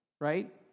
right